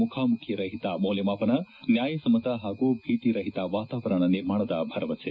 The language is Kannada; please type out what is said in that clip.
ಮುಖಾಮುಖಿ ರಹಿತ ಮೌಲ್ಲಮಾಪನ ನ್ನಾಯಸಮ್ತ ಹಾಗೂ ಭೀತಿರಹಿತ ವಾತಾವರಣ ನಿರ್ಮಾಣದ ಭರವಸೆ